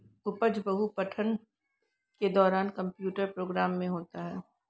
उपज बहु पठन के दौरान कंप्यूटर प्रोग्राम में होता है